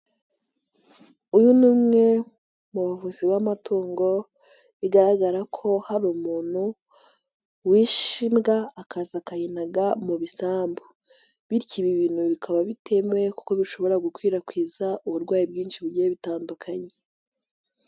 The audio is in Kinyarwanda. Uyu ni umwe mu bavuzi b'amatungo, bigaragara ko hari umuntu wishe imbwa akaza akayinyinaga mu bisambu bityo ibi bintu bikaba bitemewe kuko bishobora gukwirakwiza uburwayi bwinshi bugiye bitandukanye.